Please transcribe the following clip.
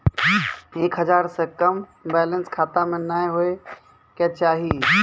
एक हजार से कम बैलेंस खाता मे नैय होय के चाही